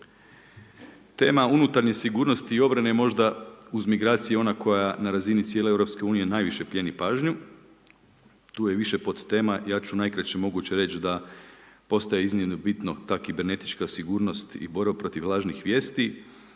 Tema unutarnje sigurnosti i obrane je možda uz migracije ona koja na razini cijele Europske unije najviše plijeni pažnju, tu je više pod tema, ja ću najkraće moguće reć da postaje iznimno bitno ta kibernetička sigurnost i borba protiv lažnih vijesti.